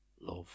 love